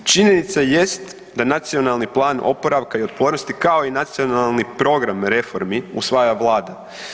Činjenica jest da Nacionalni plan oporavka i otpornosti, kao i nacionalni program reformi usvaja Vlada.